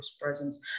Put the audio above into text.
presence